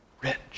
rich